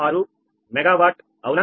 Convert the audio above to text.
386 mega watt అవునా